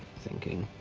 thinking,